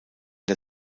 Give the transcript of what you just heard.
der